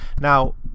Now